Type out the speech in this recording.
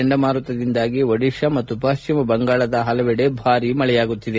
ಚಂಡಮಾರುತದಿಂದಾಗಿ ಒಡಿಶಾ ಮತ್ತು ಪಶ್ಚಿಮ ಬಂಗಾಳದ ಹಲವೆಡೆ ಭಾರಿ ಮಳೆಯಾಗುತ್ತಿದೆ